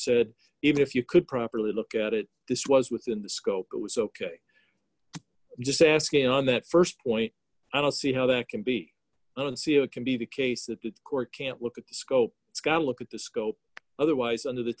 said even if you could properly look at it this was within the scope it was ok i'm just asking on that st point i don't see how that can be i don't see it can be the case that the court can't look at the scope it's got to look at the scope otherwise under the